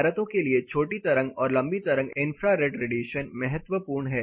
इमारतों के लिए छोटी तरंग और लंबी तरंग इंफ्रारेड रेडिएशन महत्वपूर्ण हैं